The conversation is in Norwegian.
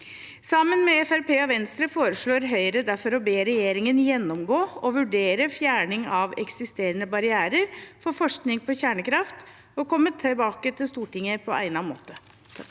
og Venstre foreslår Høyre derfor å be regjeringen gjennomgå og vurdere fjerning av eksisterende barrierer for forskning på kjernekraft og komme tilbake til Stortinget på egnet måte. Jeg